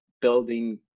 building